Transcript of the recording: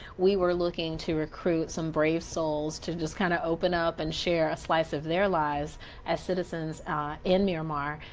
we were looking to recruit some brave souls to just kind of open up and share a slice of their lives as citizens in miramar.